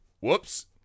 whoops